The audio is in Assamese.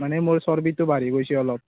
মানে মোৰ চৰ্বিটো বাঢ়ি গৈছে অলপ